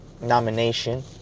nomination